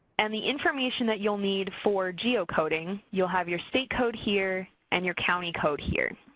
and the information that you'll need for geocoding. you'll have your state code here, and your county code here.